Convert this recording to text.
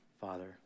Father